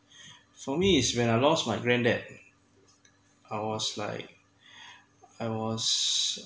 for me is when I lost my granddad I was like I was